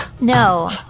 No